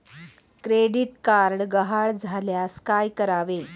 Credit card गहाळ झाल्यास काय करावे?